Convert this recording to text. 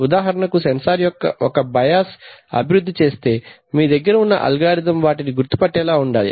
ఉదాహరనకు sensor ఒక bias అభివృద్ది చేస్తే మీదగ్గర ఉన్న అల్గారిథం వాటిని గుర్తు పట్టేలా ఉండాలి